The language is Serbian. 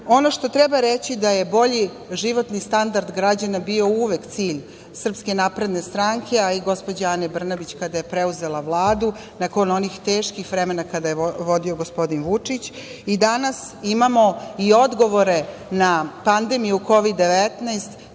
što treba reći da je bolji životni standard građana bio uvek cilj SNS, a i gospođe Ane Brnabić kada je preuzela Vladu, nakon onih teških vremena kada je vodio gospodin Vučić, i danas imamo i odgovore na pandemiju Kovid-19